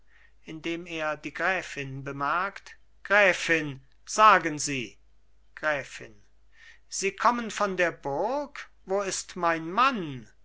indem er die gräfin bemerkt gräfin sagen sie gräfin sie kommen von der burg wo ist mein mann